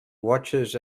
watches